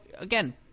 again